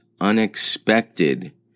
unexpected